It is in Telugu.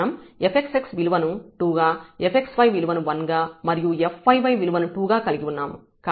మనం fxx విలువను 2 గా fxy విలువను 1 గా మరియు fyy విలువను 2 గా కలిగి ఉన్నాము